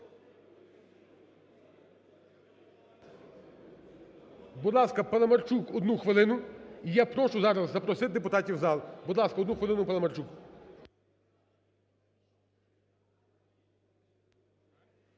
Будь ласка, Паламарчук 1 хвилину. І я прошу зараз запросити депутатів в зал. Будь ласка, 1 хвилину Паламарчук.